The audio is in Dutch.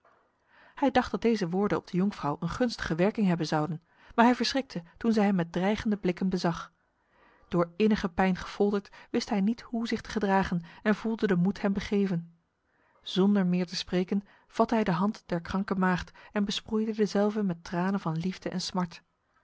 hij dacht dat deze woorden op de jonkvrouw een gunstige werking hebben zouden maar hij verschrikte toen zij hem met dreigende blikken bezag door innige pijn gefolterd wist hij niet hoe zich te gedragen en voelde de moed hem begeven zonder meer te spreken vatte hij de hand der kranke maagd en besproeide dezelve met tranen van liefde en smart